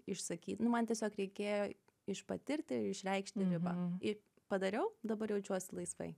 išsakyti nu man tiesiog reikėjo iš patirti išreikšti ribą ir padariau dabar jaučiuosi laisvai